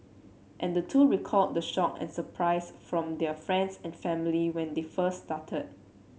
and the two recalled the shock and surprise from their friends and family when they first started